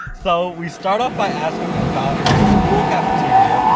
so we start off by asking about her school cafeteria,